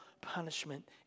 punishment